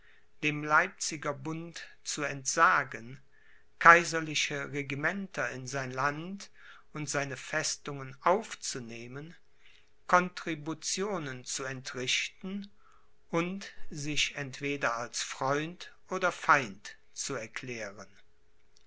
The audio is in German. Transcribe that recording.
dem leipziger bund zu entsagen kaiserliche regimenter in sein land und seine festungen aufzunehmen contributionen zu entrichten und sich entweder als freund oder feind zu erklären